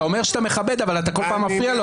אתה אומר שאתה מכבד אבל אתה כל פעם מפריע לו.